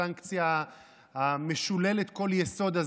הסנקציה המשוללת כל יסוד הזאת.